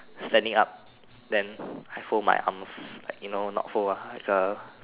standing up then I fold my arms you know not fold ah uh